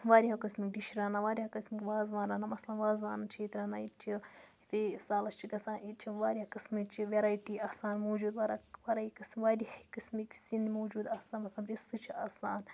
واریاہو قٕسمٕکۍ یہِ چھِ رَنان واریاہ قٕسمٕکۍ وازوان رَنان مثلاً وازوان چھِ ییٚتہِ رَنان ییٚتہِ چھِ یُتھُے أسۍ سالَس چھِ گژھان ییٚتہِ چھِ واریاہ قٕسمہٕ چہِ ویٚرایٹی آسان موٗجوٗد وارہ وارے واریاہ قٕسمٕکۍ سِنۍ موٗجوٗد آسان مثلاً رِستہٕ چھِ آسان اَتھ